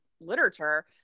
literature